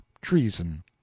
treason